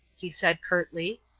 he said, curtly.